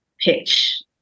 pitch